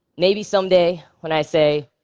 maybe someday, when i say,